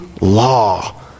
law